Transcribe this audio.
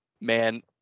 Man